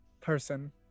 person